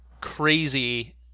crazy